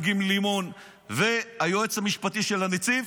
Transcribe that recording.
עם גיל לימון והיועץ המשפטי של הנציב?